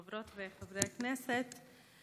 חברות וחברי הכנסת,